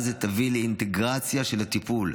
תביא לאינטגרציה של הטיפול,